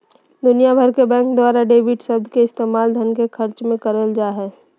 दुनिया भर के बैंक द्वारा डेबिट शब्द के इस्तेमाल धन के खर्च मे करल जा हय